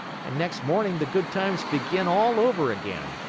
and next morning, the good times begin all over again.